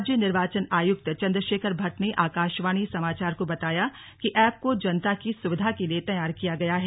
राज्य निर्वाचन आयुक्त चंद्रशेखर भट्ट ने आकाशवाणी समाचार को बताया कि एप को जनता की सुविधा के लिए तैयार किया गया है